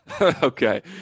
Okay